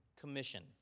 commission